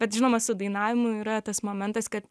bet žinoma su dainavimu yra tas momentas kad